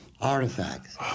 artifacts